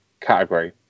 category